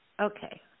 Okay